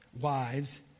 wives